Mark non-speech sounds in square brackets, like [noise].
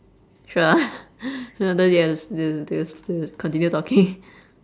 sure ah [noise] not later you h~ s~ they'll still they'll still continue talking